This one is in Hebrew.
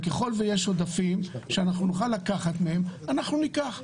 וככל שיש עודפים שנוכל לקחת מהם אנחנו ניקח.